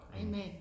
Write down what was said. Amen